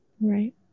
Right